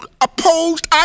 opposed